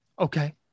okay